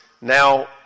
now